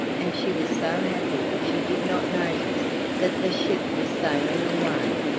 and she was so happy that she did not notice that the ship was sailing away.